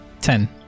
Ten